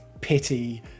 pity